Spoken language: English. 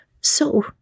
So